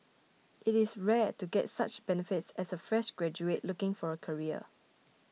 it is rare to get such benefits as a fresh graduate looking for a career